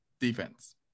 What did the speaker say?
Defense